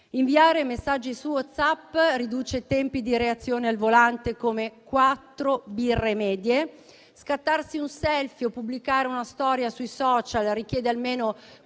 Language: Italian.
inviare messaggi su WhatsApp riduce i tempi di reazione al volante come quattro birre medie. Scattarsi un *selfie* o pubblicare una storia sui *social* richiede almeno